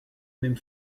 même